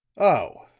oh,